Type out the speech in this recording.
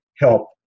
help